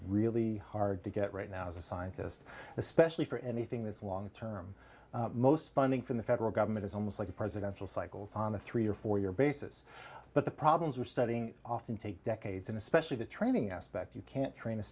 really hard to get right now as a scientist especially for anything that's long term most funding from the federal government is almost like a presidential cycles on a three or four year basis but the problems we're studying often take decades and especially the training aspect you can't train